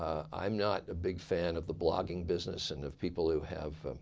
i'm not a big fan of the blogging business and of people who have